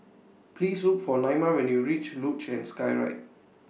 Please Look For Naima when YOU REACH Luge and Skyride